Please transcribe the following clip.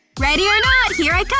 ready or not, here i come!